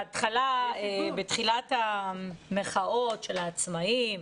בתחילת המחאות של העצמאים,